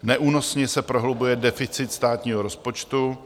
Neúnosně se prohlubuje deficit státního rozpočtu.